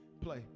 play